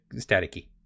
staticky